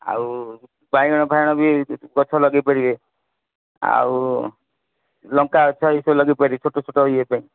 ଆଉ ବାଇଗଣ ଫାଇଗଣ ବି ଗଛ ଲଗେଇ ପାରିବେ ଆଉ ଲଙ୍କା ଗଛ ବି ଲଗେଇ ପାରିବେ ଛୋଟଛୋଟ ଇଏ ପାଇଁ